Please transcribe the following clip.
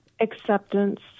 Acceptance